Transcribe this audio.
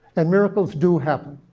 and miracles do happen.